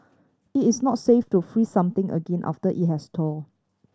it is not safe to freeze something again after it has thawed